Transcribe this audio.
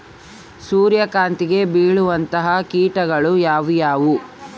ಸೂರ್ಯಕಾಂತಿಗೆ ಬೇಳುವಂತಹ ಕೇಟಗಳು ಯಾವ್ಯಾವು?